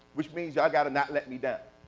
which means you all got to not let me down.